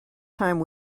time